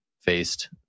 faced